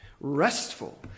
restful